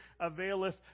availeth